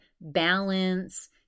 balance